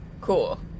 cool